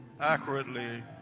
accurately